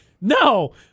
No